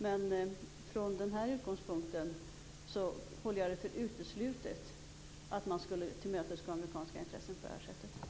Men från den här utgångspunkten håller jag det för uteslutet att man skulle tillmötesgå amerikanska intressen på det sättet.